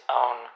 own